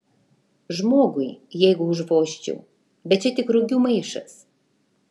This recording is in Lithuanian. žmogui jeigu užvožčiau bet čia tik rugių maišas